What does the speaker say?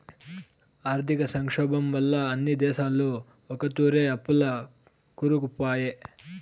ఆర్థిక సంక్షోబం వల్ల అన్ని దేశాలు ఒకతూరే అప్పుల్ల కూరుకుపాయే